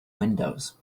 windows